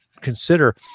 consider